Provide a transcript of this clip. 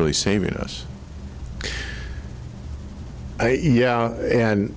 really saving us yeah and